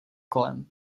kolem